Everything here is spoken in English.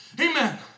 Amen